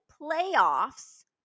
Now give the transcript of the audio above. playoffs